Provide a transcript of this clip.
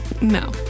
No